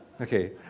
Okay